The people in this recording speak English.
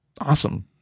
awesome